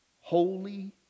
Holy